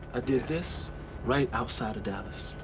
i did this right outside of dallas.